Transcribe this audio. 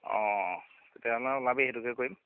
অ তেনেহ'লে ওলাবি সেইটোকে কৰিম